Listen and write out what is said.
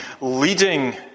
leading